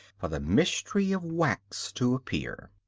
for the mystery of wax to appear.